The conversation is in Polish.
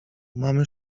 mamy